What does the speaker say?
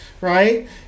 right